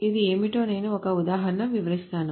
ఇది ఏమిటో నేను ఒక ఉదాహరణతో వివరిస్తాను